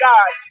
God